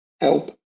Help